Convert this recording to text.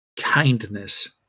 kindness